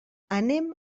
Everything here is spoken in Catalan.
anem